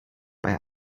bei